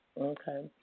okay